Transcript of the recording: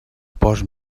post